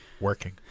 Working